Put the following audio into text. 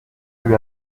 lui